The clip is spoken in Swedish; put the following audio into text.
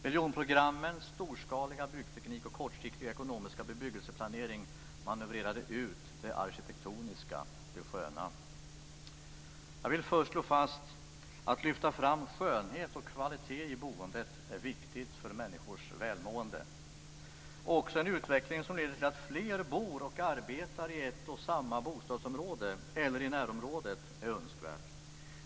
Miljonprogrammens storskaliga byggteknik och kortsiktiga ekonomiska bebyggelseplanering manövrerade ut det arkitektoniska, det sköna. Jag vill slå fast: Att lyfta fram skönhet och kvalitet i boendet är viktigt för människors välmående. En utveckling som leder till att fler bor och arbetar i ett och samma område, eller i närområdet, är önskvärd.